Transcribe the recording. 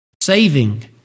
Saving